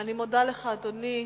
אני מודה לך, אדוני.